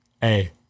Hey